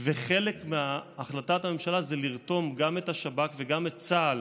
חלק מהחלטת הממשלה היא לרתום גם את השב"כ וגם את צה"ל